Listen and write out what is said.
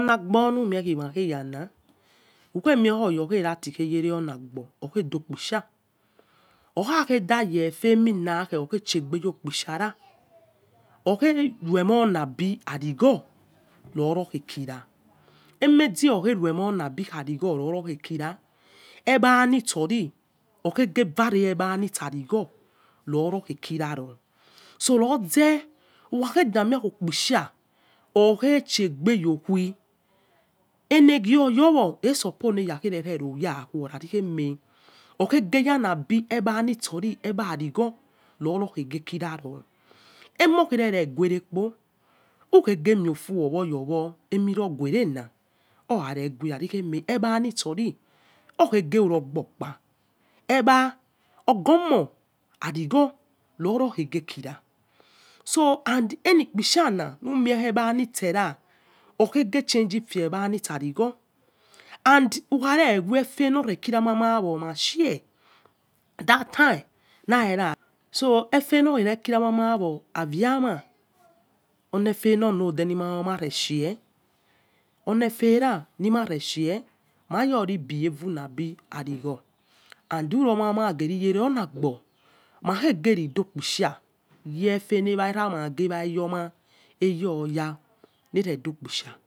Agbo lumie khi maghe yala ughie oya mati gheae olagbo oghe dokpisha okhageh da yefe emeh keh oyefe oghive rumoe. laba l ngwo notighekira enweze uhiohiosi labo arigwo loghe kira egbe liso si orghe ke vare egba lisa ahgwo, roro ghe kira iyo loze ukha ghe damie okpi-sha orgheshegbe yowhye elegho rowo, eh suppose inya erokhuo khacikheme oegheke ya bil egba lisohi orgheke rebil egba-saligwo omoghereere ghue rekpo ukhugheke miofu yowo ehin yoguere ha owa neg huere khaci eeyie egbalisohi orghueke iko-gbokia egba si orgomo ahgwo loroekhegekira audi ahikias hoin na lume kegbalisera orkekhe thanging fie egbaliso uhgwo. Audi ugha gere gwe eghe yhe sima she. That time efe wrekha mama wo aviama olefe no lode woli mama re she. Olefe rali ma re she ikho major liba aligwo ma ogile rele olagbo magbo do it rusha li bil erama nagi iyoma liro ya line do kpi shai